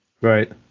Right